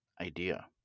idea